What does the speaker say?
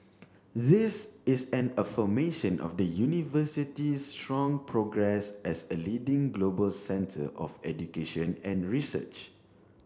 this is an affirmation of the University's strong progress as a leading global centre of education and research